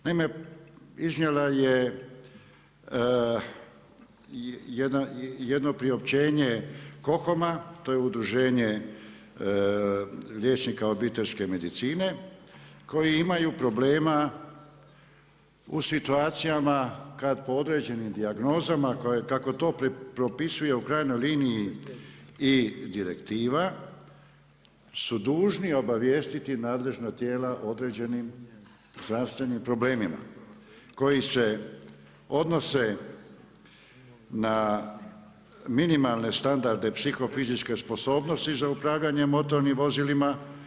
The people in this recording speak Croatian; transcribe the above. Naime, iznijela je jedno priopćenje KoHOM-a to je Udruženje liječnika obiteljska medicine koji imaju problema u situacijama kad po određenim dijagnozama kako to propisuje u krajnjoj liniji i direktiva su dužni obavijestiti nadležna tijela o određenim zdravstvenim problemima koji se odnose na minimalne standarde psihofizičke sposobnosti za upravljanje motornim vozilima.